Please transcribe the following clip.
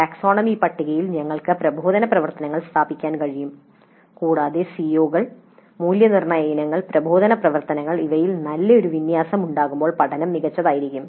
taxonomy പട്ടികയിൽ ഞങ്ങൾക്ക് പ്രബോധന പ്രവർത്തനങ്ങൾ സ്ഥാപിക്കാൻ കഴിയും കൂടാതെ സിഒകൾ മൂല്യനിർണ്ണയ ഇനങ്ങൾ പ്രബോധന പ്രവർത്തനങ്ങൾ എന്നിവയിൽ ഒരു നല്ല വിന്യാസം ഉണ്ടാകുമ്പോൾ പഠനം മികച്ചതായിരിക്കും